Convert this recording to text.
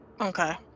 Okay